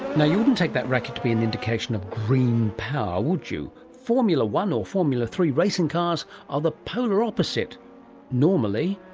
you wouldn't take that racket to be an indication of green power, would you. formula one or formula three racing cars are the polar opposite normally,